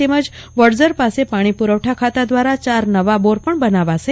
તેમજ વડઝર પાસે પાણી પુરવઠા ખાતા દ્વારા ચાર નવા બોર પણ બનાવાશે